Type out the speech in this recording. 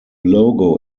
logo